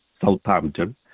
Southampton